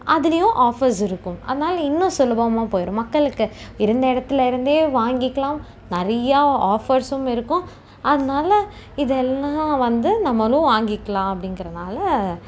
அதுலேயும் ஆஃபர்ஸ் இருக்கும் அதனால இன்னும் சுலபமாக போயிடும் மக்களுக்கு இருந்த இடத்துல இருந்தே வாங்கிக்கலாம் நிறையா ஆஃபர்ஸும் இருக்கும் அதனால இது எல்லாம் வந்து நம்மளும் வாங்கிக்கலாம் அப்டிங்குறதுனால